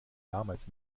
damals